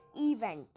event